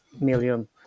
million